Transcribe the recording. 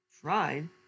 tried